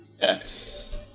yes